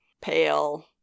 pale